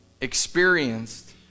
Experienced